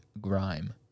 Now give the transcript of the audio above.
grime